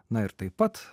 na ir taip pat